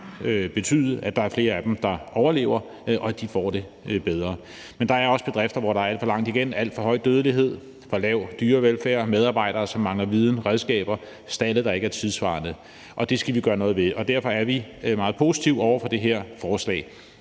betyde, at der er flere af dem, der overlever, og at de får det bedre. Men der er også bedrifter, hvor der er alt for langt igen, alt for høj dødelighed, for lav dyrevelfærd og medarbejdere, som mangler viden og redskaber, og stalde, der ikke er tidssvarende. Det skal vi gøre noget ved, og derfor er vi meget positive over for det her forslag.